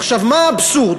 עכשיו, מה האבסורד?